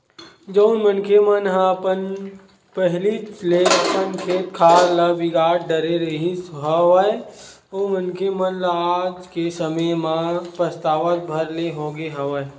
जउन मनखे मन ह पहिलीच ले अपन खेत खार ल बिगाड़ डरे रिहिस हवय ओ मनखे मन ल आज के समे म पछतावत भर ले होगे हवय